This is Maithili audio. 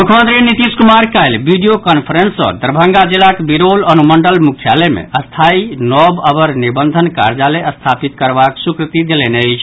मुख्यमंत्री नीतीश कुमार काल्हि वीडियो कांफ्रेंस सॅ दरभंगा जिलाक बिरौल अनुमंडल मुख्यालय मे स्थायी नव अवर निबंधन कार्यालय स्थापित करबाक स्वीकृति देलनि अछि